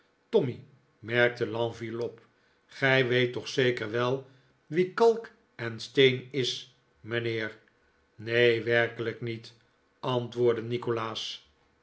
tommy merkte lenville op gij weet toch zeker wel wie kalk en steen is mijnheer neen werkelijk niet antwoordde nikolaas